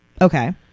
Okay